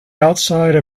outside